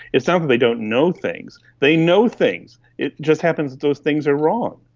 it's not that they don't know things. they know things. it just happens those things are wrong.